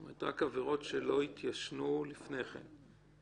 רק עבירות שלא התיישנו לפני כן.